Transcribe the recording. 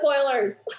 spoilers